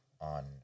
on